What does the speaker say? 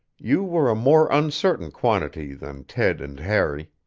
you were a more uncertain quantity than ted and harry.